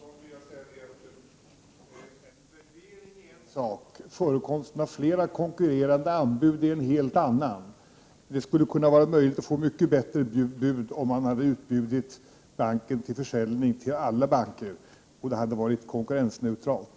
Herr talman! Till Birgitta Johansson vill jag säga att en värdering är en sak, men förekomsten av flera konkurrerande anbud en helt annan. Det skulle vara möjligt att få mycket bättre bud om man utbjudit banken till försäljning till alla banker, och det hade varit konkurrensneutralt.